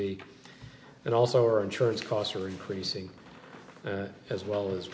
be and also our insurance costs are increasing as well as